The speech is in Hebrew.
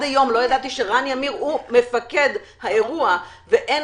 לא ידעתי שרני עמיר הוא מפקד האירוע ואין